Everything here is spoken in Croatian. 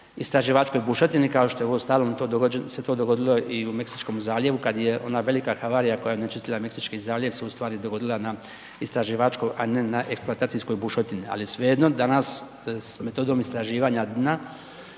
istraživačkoj bušotini kao što uostalom se to dogodilo i u Meksičkom zaljevu kad je ona velika havarija koja je onečistila Meksički zaljev se ustvari dogodila na istraživačko a ne na eksploatacijskoj bušotini ali svejedno danas s metodom istraživanja dna